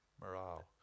Morale